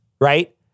right